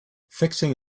fixing